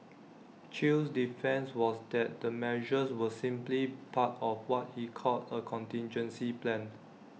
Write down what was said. chew's defence was that the measures were simply part of what he called A contingency plan